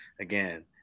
again